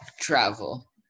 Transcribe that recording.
travel